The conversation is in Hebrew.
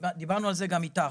דיברנו על זה גם איתך,